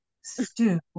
stew